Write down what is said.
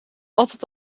altijd